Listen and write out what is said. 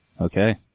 Okay